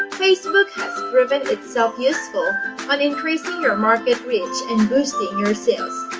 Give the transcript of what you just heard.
facebook has proven itself useful on increasing your market reach and boosting your sales.